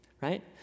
right